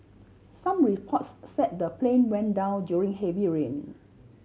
some reports said the plane went down during heavy rain